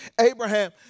Abraham